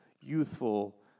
youthful